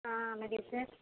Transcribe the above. అలాగే సార్